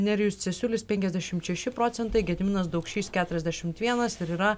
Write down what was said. nerijus cesiulis penkiasdešimt šeši procentai gediminas daukšys keturiasdešimt vienas ir yra